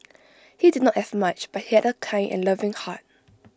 he did not have much but he had A kind and loving heart